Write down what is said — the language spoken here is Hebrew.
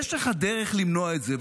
יש לך דרך למנוע את זה,